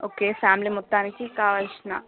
okay family మొత్తానికి కావాల్సిన